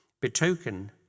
betoken